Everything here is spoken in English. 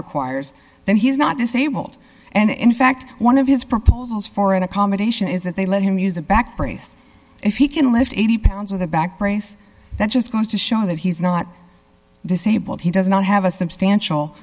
requires that he's not disabled and in fact one of his proposals for an accommodation is that they let him use a back brace if he can lift eighty pounds with a back brace that just goes to show that he's not disabled he does not have a substantial